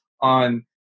on